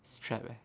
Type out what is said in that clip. strap eh